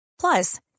Plus